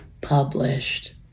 published